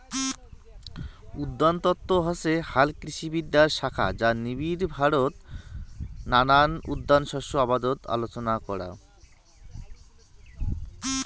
উদ্যানতত্ত্ব হসে হালকৃষিবিদ্যার শাখা যা নিবিড়ভাবত নানান উদ্যান শস্য আবাদত আলোচনা করাং